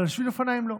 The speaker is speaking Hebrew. אבל על שביל אופניים לא,